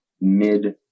mid